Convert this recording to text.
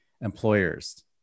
employers